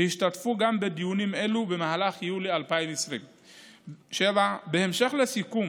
השתתפו גם בדיונים אלה במהלך יוני 2020. בהמשך לסיכום